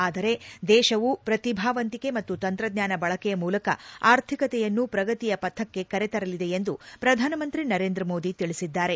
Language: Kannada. ಆದರೆ ದೇಶವು ಪ್ರತಿಭಾವಂತಿಕೆ ಮತ್ತು ತಂತ್ರಜ್ಞಾನ ಬಳಕೆಯ ಮೂಲಕ ಆರ್ಥಿಕತೆಯನ್ನು ಪ್ರಗತಿಯ ಪಥಕ್ಕೆ ಕರೆತರಲಿದೆ ಎಂದು ಪ್ರಧಾನ ಮಂತ್ರಿ ನರೇಂದ್ರ ಮೋದಿ ತಿಳಿಸಿದ್ದಾರೆ